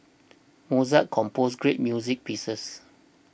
Mozart composed great music pieces